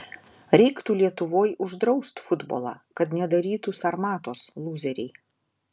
reiktų lietuvoj uždraust futbolą kad nedarytų sarmatos lūzeriai